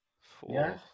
Four